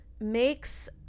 makes